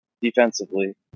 defensively